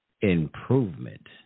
improvement